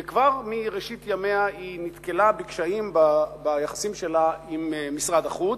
וכבר מראשית ימיה היא נתקלה בקשיים ביחסים שלה עם משרד החוץ.